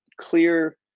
clear